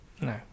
no